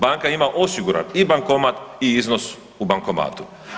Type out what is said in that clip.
Banka ima osiguran i bankomat i iznos u bankomatu.